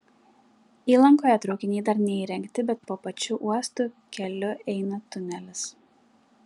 įlankoje traukiniai dar neįrengti bet po pačiu uosto keliu eina tunelis